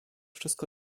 wszystko